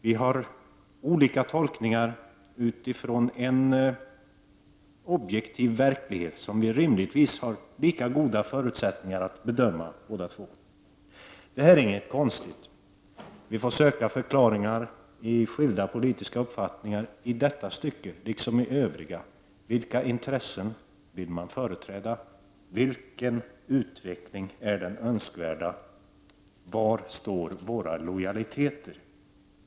Vi gör olika tolkningar utifrån en objektiv verklighet, som vi rimligtvis har lika goda förutsättningar att bedöma båda två. Det här är inget konstigt. Vi får söka förklaringar i skilda politiska uppfattningar, i detta stycke liksom i öv riga. Vilka intressen vill man företräda? Vilken utveckling är den önskvärda? Var står våra lojaliteter?